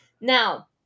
Now